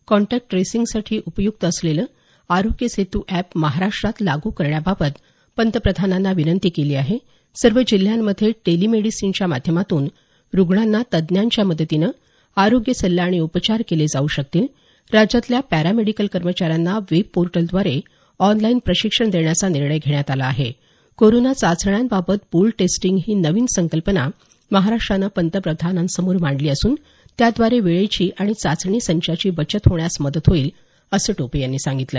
contact ट्रेसिंगसाठी उपयुक्त असलेलं आरोग्यसेतु अॅप महाराष्ट्रात लागू करण्याबाबत पंतप्रधानांना विनंती केली आहे सर्व जिल्ह्यांमध्ये टेलिमेडिसीनच्या माध्यमातून रुग्णांना तज्ज्ञांच्या मदतीनं आरोग्य सल्ला आणि उपचार केले जाऊ शकतील राज्यातल्या पॅरोमेडिकल कर्मचाऱ्यांना वेबपोर्टलद्वारे ऑनलाईन प्रशिक्षण देण्याचा निर्णय घेण्यात आला आहे कोरोना चाचण्यांबाबत पूल टेस्टिंग ही नविन संकल्पना महाराष्ट्रानं पंतप्रधानांसमोर मांडली असून त्याद्वारे वेळेची आणि चाचणी संचाची बचत होण्यास मदत होईल असं टोपे यांनी सांगितलं